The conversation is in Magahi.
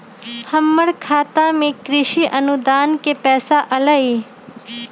हमर खाता में कृषि अनुदान के पैसा अलई?